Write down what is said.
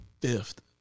fifth